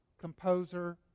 composer